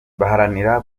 baharanira